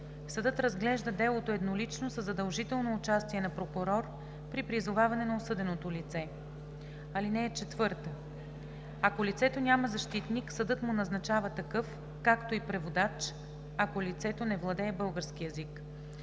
Съдът разглежда делото еднолично със задължително участие на прокурор при призоваване на осъденото лице. (4) Ако лицето няма защитник, съдът му назначава такъв, както и преводач, ако лицето не владее български език.